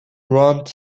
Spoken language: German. rand